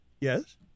Yes